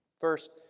First